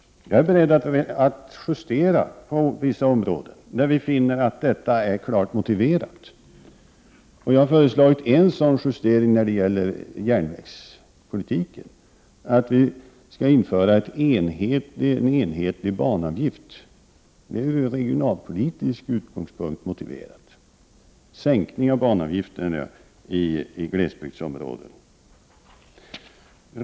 Jag är beredd att justera på vissa områden när jag finner att detta är klart motiverat. Jag har föreslagit en sådan justering då det gäller järnvägspolitiken, nämligen att det skall införas en enhetlig banavgift. Från regionalpolitisk utgångspunkt är en sänkning av banavgiften i glesbygdsområden motiverad.